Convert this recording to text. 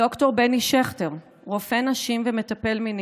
ד"ר בני שכטר, רופא נשים ומטפל מיני,